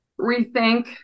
rethink